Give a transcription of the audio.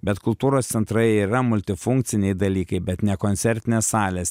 bet kultūros centrai yra multifunkciniai dalykai bet ne koncertinės salės